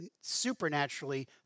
supernaturally